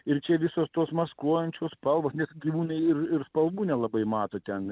ir čia visos tos maskuojančios spalvos net gyvūnai ir ir spalvų nelabai mato ten